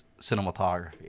cinematography